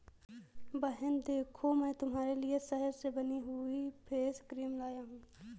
बहन देखो मैं तुम्हारे लिए शहद से बनी हुई फेस क्रीम लाया हूं